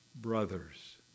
brothers